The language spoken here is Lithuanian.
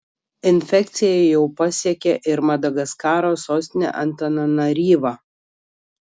infekcija jau pasiekė ir madagaskaro sostinę antananaryvą